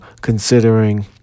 considering